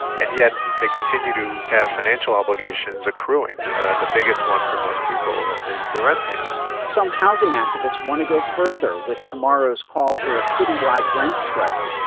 and yet they continue to have financial obligations accruing. and the biggest one for most people is the rent payment some housing activists want to go further with tomorrow's call for a citywide rent strike.